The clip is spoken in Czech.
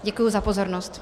Děkuji za pozornost.